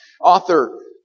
Author